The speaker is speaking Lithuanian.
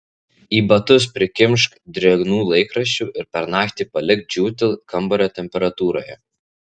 į batus prikimšk drėgnų laikraščių ir per naktį palik džiūti kambario temperatūroje